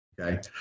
Okay